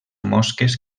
mosques